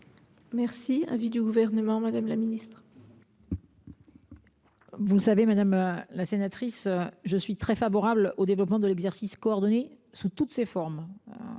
est l’avis du Gouvernement ? Vous le savez, madame la sénatrice, je suis très favorable au développement de l’exercice coordonné, sous toutes ses formes.